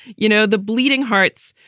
you know, the bleeding hearts,